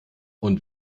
und